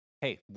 Hey